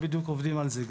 בדיוק עכשיו עובדים על זה,